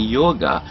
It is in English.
yoga